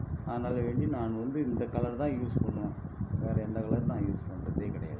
அதனால் வேண்டி நான் வந்து இந்த கலர் தான் யூஸு பண்ணுவேன் வேறு எந்த கலரும் நான் யூஸ் பண்ணுறதே கிடையாது